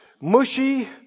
mushy